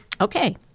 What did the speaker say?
Okay